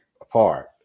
apart